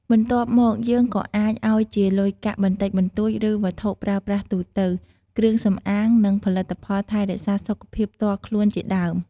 បន្ទាប់មកយើងក៏អាច អោយជាលុយកាក់បន្តិចបន្តួច ឬវត្ថុប្រើប្រាស់ទូទៅ គ្រឿងសម្អាង និងផលិតផលថែរក្សាសុខភាពផ្ទាល់ខ្លួនជាដើម។